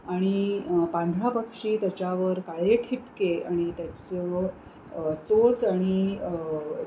आणि पांढरा पक्षी त्याच्यावर काळे ठिपके आणि त्याचं चोच आणि